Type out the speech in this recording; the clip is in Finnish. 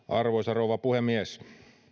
arvoisa rouva puhemies